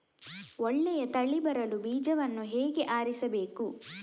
ಒಳ್ಳೆಯ ತಳಿ ಬರಲು ಬೀಜವನ್ನು ಹೇಗೆ ಆರಿಸಬೇಕು?